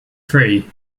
free